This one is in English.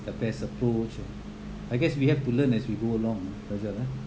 the best approach and I guess we have to learn as we go along uh faizal ah